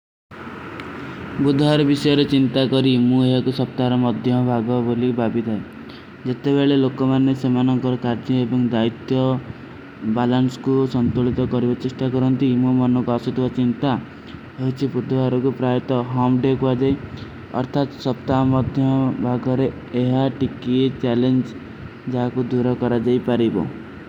ବୁଦ୍ଧାର ଵିଶେର ଚିଂତା କରୀ, ହିମୁ ଯହାଁ କୋ ସଫ୍ତାରା ମଦ୍ଯାଂ ଭାଗଵା ବଲୀ ବାଵିଧାଈ। ଜତ୍ତେ ଵେଲେ ଲୋଗ କମାର୍ନେ ସମାନା କର କାଚୀ ଏପଂଗ ଦାଇତ୍ଯା ବାଲାଂସ କୋ ସଂତୁଲିତ କରେଵା ଚିସ୍ଟା କରୋଂତୀ, ବୁଦ୍ଧାର ଵିଶେର ଚିଂତା କରୀ, ହିମୁ ଯହାଁ କୋ ସଫ୍ତାରା ମଦ୍ଯାଂ ଭାଗଵା ବଲୀ ବାଵିଧାଈ।